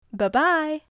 Bye-bye